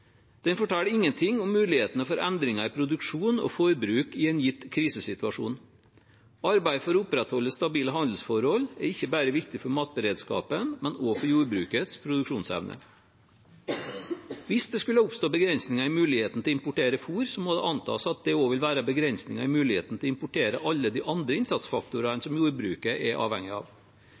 Den forteller ingenting om mulighetene for endringer i produksjon og forbruk i en gitt krisesituasjon. Arbeidet for å opprettholde stabile handelsforhold er viktig ikke bare for matberedskapen, men også for jordbrukets produksjonsevne. Hvis det skulle oppstå begrensninger i muligheten til å importere fôr, må det antas at det også vil være begrensninger i muligheten til å importere alle de andre innsatsfaktorene som jordbruket er avhengig av.